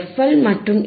L மற்றும் F